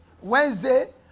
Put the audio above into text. Wednesday